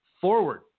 FORWARD